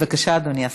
בבקשה, אדוני השר.